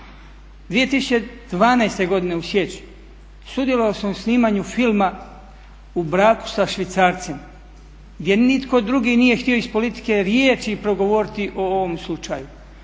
2012. godine u siječnju sudjelovao sam u snimanju filma "U braku sa švicarcem" gdje nitko drugi nije htio iz politike riječi progovoriti o ovom slučaju.